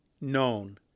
known